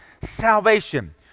salvation